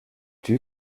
two